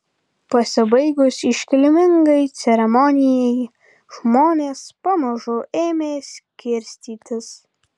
pasibaigus iškilmingai ceremonijai žmonės pamažu ėmė skirstytis